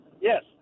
Yes